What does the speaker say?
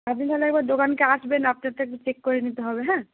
আপনি তাহলে একবার দোকানকে আসবেন আপনারটা একটু চেক করে নিতে হবে হ্যাঁ